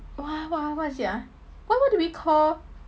!wah! what what is it ah what what do we call